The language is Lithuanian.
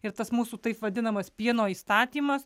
ir tas mūsų taip vadinamas pieno įstatymas